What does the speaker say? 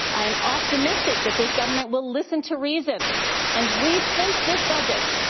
i am optimistic that this government will listen to reason and rethink this budget.